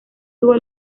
tuvo